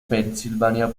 pennsylvania